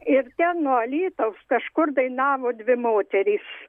ir ten nuo alytaus kažkur dainavo dvi moterys